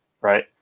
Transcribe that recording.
right